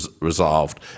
resolved